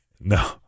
no